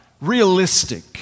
realistic